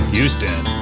Houston